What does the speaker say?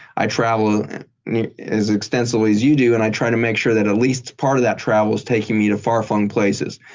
i traveled as extensively as you do and i try to make sure that at least part of that travel's taking me to far flung places.